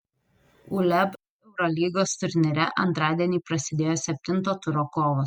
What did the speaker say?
uleb eurolygos turnyre antradienį prasidėjo septinto turo kovos